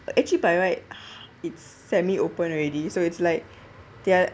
actually by right it's semi-open already so it's like they are